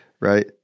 Right